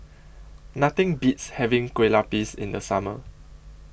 Nothing Beats having Kueh Lapis in The Summer